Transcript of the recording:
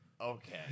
Okay